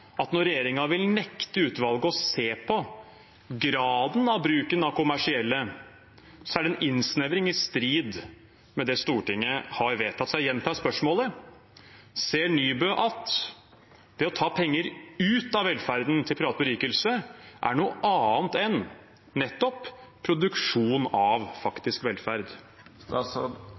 at når regjeringen vil nekte utvalget å se på graden av bruken av kommersielle, er det en innsnevring i strid med det Stortinget har vedtatt. Så jeg gjentar spørsmålet: Ser Nybø at det å ta penger ut av velferden til privat berikelse er noe annet enn produksjon av faktisk velferd?